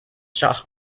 shah